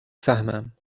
فهمم